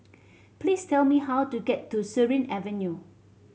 please tell me how to get to Surin Avenue